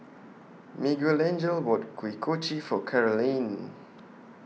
Miguelangel bought Kuih Kochi For Carolynn